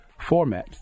formats